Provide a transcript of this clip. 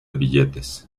billetes